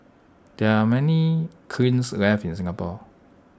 there are many kilns left in Singapore